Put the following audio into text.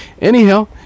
Anyhow